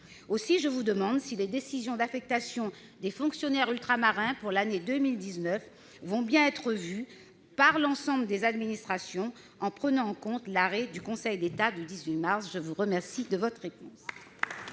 Aussi, je vous demande si les décisions d'affectation des fonctionnaires ultramarins pour l'année 2019 vont bien être revues par l'ensemble des administrations en prenant en compte l'arrêt du Conseil d'État du 18 mars dernier. La parole